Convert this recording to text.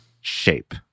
shape